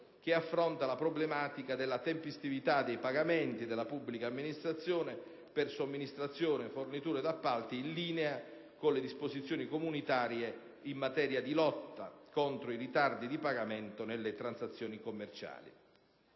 che affronta la problematica della tempestività dei pagamenti della pubblica amministrazione per somministrazioni, forniture ed appalti, in linea con le disposizioni comunitarie in materia di lotta contro i ritardi di pagamento nelle transazioni commerciali.